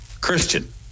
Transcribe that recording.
Christian